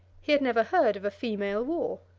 he had never heard of a female war.